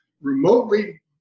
remotely